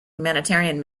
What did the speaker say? humanitarian